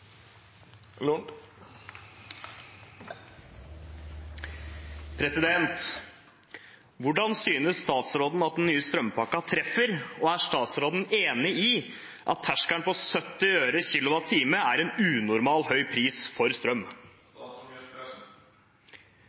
synes statsråden at den nye strømpakken treffer, og er statsråden enig i at terskelen på 70 øre kilowattimen er en unormalt høy pris for strøm?»